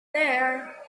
there